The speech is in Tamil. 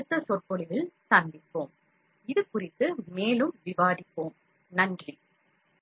அடுத்த சொற்பொழிவில் சந்திப்போம் இது குறித்து மேலும் விவாதிப்போம் நன்றி